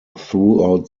throughout